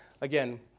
again